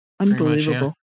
Unbelievable